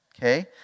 Okay